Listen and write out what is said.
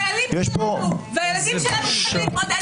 החיילים שלנו והילדים שלנו צריכים להתמודד איתם.